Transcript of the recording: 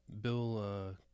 Bill